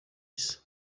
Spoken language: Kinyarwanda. issa